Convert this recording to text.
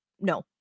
no